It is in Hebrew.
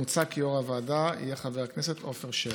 מוצע כי יו"ר הוועדה יהיה חבר הכנסת עופר שלח.